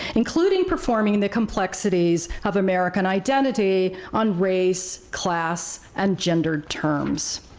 including performing the complexities of american identity on race, class and gendered terms.